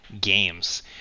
games